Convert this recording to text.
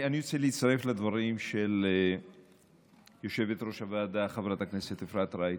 אני רוצה להצטרף לדברים של יושבת-ראש הוועדה חברת הכנסת אפרת רייטן.